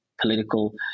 political